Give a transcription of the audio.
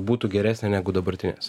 būtų geresnė negu dabartinės